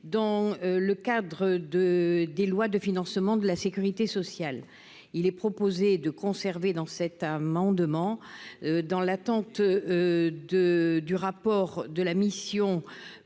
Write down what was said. dans le cadre de des lois de financement de la Sécurité sociale, il est proposé de conserver dans cet amendement, dans l'attente de du rapport de la mission